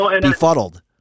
befuddled